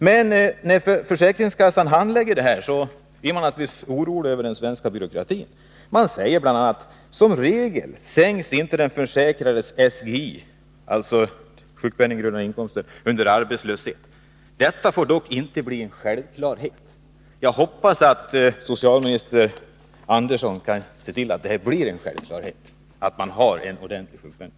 Men när försäkringskassan handlägger sådana här frågor blir man naturligtvis orolig över den svenska byråkratin. Det sägs: ”Som regel sänks inte den försäkrades SGI, dvs. den sjukpenninggrundande inkomsten, under arbetslöshet. Detta får dock inte bli en självklarhet.” Jag hoppas att socialminister Andersson ser till att det blir en självklarhet att man har en ordentlig sjukpenning.